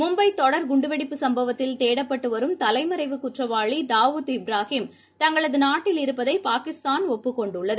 மும்பைதொடர் குண்டுவெடிப்பு சம்பவத்தில் தேடப்பட்டுவரும் தலைமறைவு குற்றவாளிதாவூத் இப்ராஹிம் தங்களதுநாட்டில் இருப்பதைபாகிஸ்தான் ஒப்புக் கொண்டுள்ளது